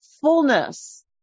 fullness